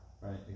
Right